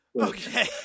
Okay